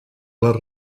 les